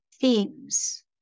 themes